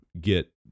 get